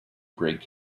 break